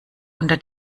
unter